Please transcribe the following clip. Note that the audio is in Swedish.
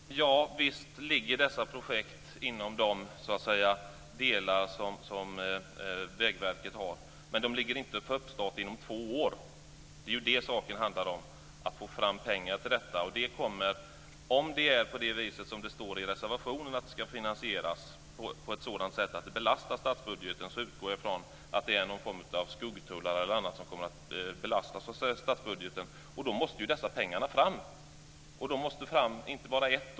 Herr talman! Ja, visst ligger dessa projekt i Vägverkets planering, men de planeras inte bli startade inom två år. Det handlar om att få fram pengar för detta. Om det är så som det står i reservationen, att det ska finansieras på ett sådant sätt att det belastar statsbudgeten, utgår jag från att det blir en form av skuggtullar som kommer att belasta statsbudgeten. Dessa pengar måste då tas fram.